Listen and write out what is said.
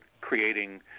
creating –